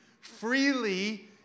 freely